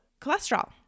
cholesterol